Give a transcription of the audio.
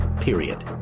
period